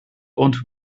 und